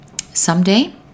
Someday